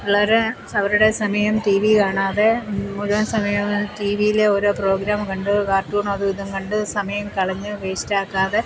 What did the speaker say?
പിള്ളേരെ അവരുടെ സമയം ടി വി കാണാതെ മുഴുവൻ സമയവും ടി വിയിലെ ഓരോ പ്രോഗ്രാം കണ്ടു കാർട്ടൂണും അതും ഇതും കണ്ട് സമയം കളഞ്ഞ് വേസ്റ്റാക്കാതെ